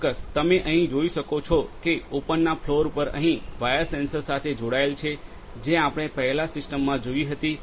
સાહેબ તમે અહીં જોઈ શકો છો કે ઉપરના ફ્લોર પર અહીં વાયર સેન્સર સાથે જોડાયેલા છે જે આપણે પહેલા સિસ્ટમ જોઇ હતી